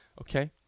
Okay